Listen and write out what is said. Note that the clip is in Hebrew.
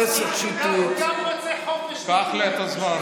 הוא גם רוצה חופש, קח לה את הזמן.